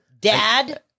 Dad